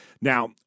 Now